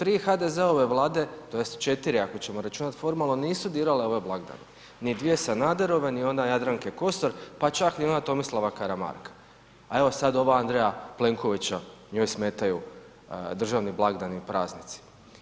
Tri HDZ-ove vlade, tj. četiri ako ćemo računati formalno nisu dirale ove blagdane, ni dvije Sanaderove, ni ona Jadranke Kosor, pa čak ni ona Tomislava Karamarka, a evo sad ova Andreja Plenkovića njoj smetaju državni blagdani i praznici.